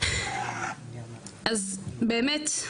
אז באמת,